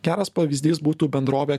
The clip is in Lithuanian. geras pavyzdys būtų bendrovė